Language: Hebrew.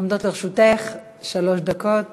עומדות לרשותך שלוש דקות